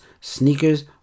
sneakers